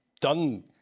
done